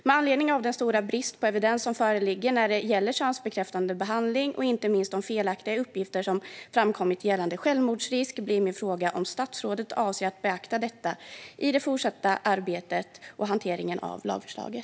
Med anledning av den stora brist på evidens som föreligger när det gäller könsbekräftande behandling och inte minst de felaktiga uppgifter som framkommit gällande självmordsrisk undrar jag om statsrådet avser att beakta detta i det fortsatta arbetet och hanteringen av lagförslaget.